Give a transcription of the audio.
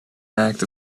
act